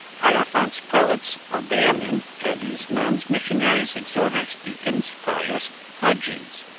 hierophants, prelates, obeah-men, abbes, nuns, missionaries, exhorters, deacons, friars, hadjis,